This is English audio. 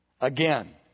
Again